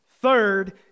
Third